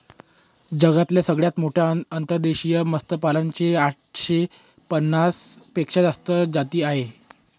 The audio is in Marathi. जगातल्या सगळ्यात मोठ्या अंतर्देशीय मत्स्यपालना च्या आठशे पन्नास पेक्षा जास्त जाती आहे